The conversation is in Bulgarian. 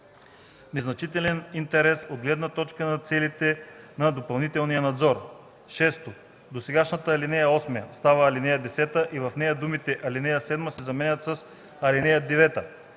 незначителен интерес от гледна точка на целите на допълнителния надзор.” 6. Досегашната ал. 8 става ал. 10 и в нея думите „ал. 7” се заменят с „ал. 9”.